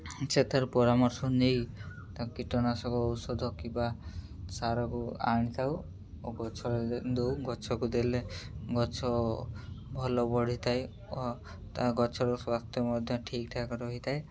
ସେଥର ପରାମର୍ଶ ନେଇ ତା କୀଟନାଶକ ଔଷଧ କିମ୍ବା ସାରକୁ ଆଣିଥାଉ ଓ ଗଛରେ ଦଉ ଗଛକୁ ଦେଲେ ଗଛ ଭଲ ବଢ଼ିଥାଏ ଓ ତା ଗଛର ସ୍ୱାସ୍ଥ୍ୟ ମଧ୍ୟ ଠିକ୍ ଠାକ୍ ରହିଥାଏ